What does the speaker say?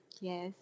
Yes